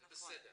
זה בסדר.